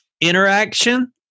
interaction